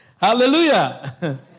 Hallelujah